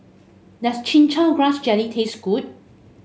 does Chin Chow Grass Jelly taste good